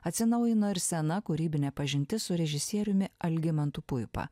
atsinaujino ir sena kūrybinė pažintis su režisieriumi algimantu puipa